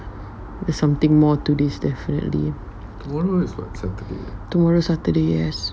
there's something more to this definitely tomorrow saturday yes